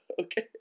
Okay